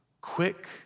quick